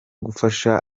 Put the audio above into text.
gufasha